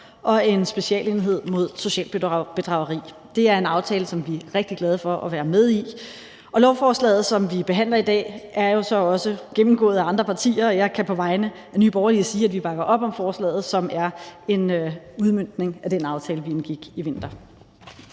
og en specialenhed mod socialt bedrageri. Det er en aftale, som vi er rigtig glade for at være med i. Lovforslaget, som vi behandler i dag, er jo så også gennemgået af andre partier, og jeg kan på vegne af Nye Borgerlige sige, at vi bakker op om forslaget, som er en udmøntning af den aftale, vi indgik i vinter.